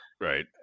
Right